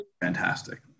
fantastic